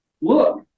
Look